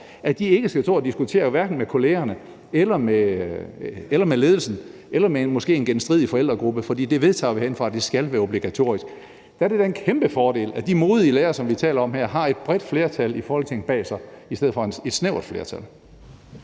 hverken stå og diskutere med kollegerne eller med ledelsen eller måske med en genstridig forældregruppe, for vi vedtager herindefra, at det skal være obligatorisk. Og der er det da en kæmpe fordel, at de modige lærere, som vi taler om her, har et bredt flertal i Folketinget bag sig i stedet for et snævert flertal.